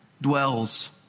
dwells